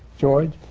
george?